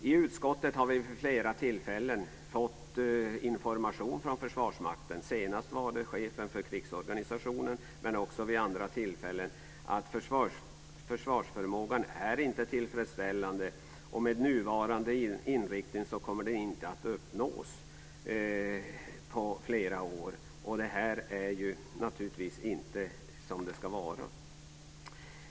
I utskottet har vi vid flera tillfällen fått information från Försvarsmakten. Senast var det chefen för krigsorganisationen, och det har även varit andra vid flera tillfällen. Försvarsförmågan är inte tillfredsställande, har man sagt, och att detta med nuvarande inriktning inte kommer att uppnås på flera år. Detta är naturligtvis inte som det ska vara.